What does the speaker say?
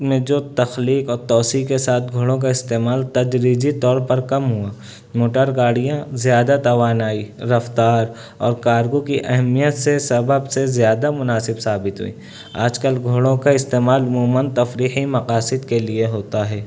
میں جو تخلیق اور توسیع کے ساتھ گھوڑوں کا استعمال تدریجی طور پر کم ہوا موٹر گاڑیاں زیادہ توانائی رفتار اور کارگو کی اہمیت سے سبب سے زیادہ مناسب ثابت ہوئیں آج کل گھوڑوں کا استعمال عموما تفریحی مقاصد کے لیے ہوتا ہے